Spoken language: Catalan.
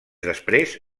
després